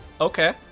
Okay